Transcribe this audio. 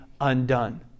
undone